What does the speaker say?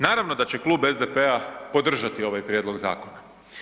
Naravno da će klub SDP-a podržati ovaj prijedlog zakona.